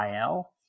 IL